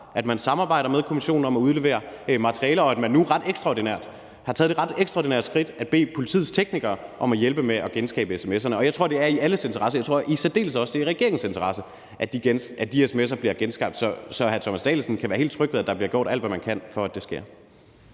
at man samarbejder med kommissionen om at udlevere materiale, og at man nu ret ekstraordinært har taget det ret ekstraordinære skridt at bede politiets teknikere om at hjælpe med at genskabe sms'erne. Jeg tror, det er i alles interesse, og jeg tror i særdeleshed også, at det er i regeringens interesse, at de sms'er bliver genskabt. Så hr. Thomas Danielsen kan være helt tryg ved, at der bliver gjort alt, hvad man kan, for at det sker.